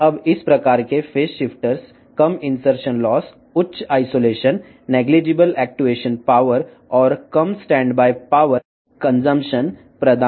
ఇప్పుడు ఈ రకమైన ఫేస్ షిఫ్టర్లు తక్కువ ఇంసెర్షన్ లాస్ అధిక ఐసోలేషన్ అతితక్కువ యాక్చుయేషన్ శక్తి మరియు తక్కువ స్టాండ్బై విద్యుత్ వినియోగాన్ని అందిస్తాయి